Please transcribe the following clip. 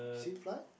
cheap flight